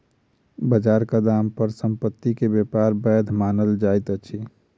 बजारक दाम पर संपत्ति के व्यापार वैध मानल जाइत अछि